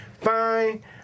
fine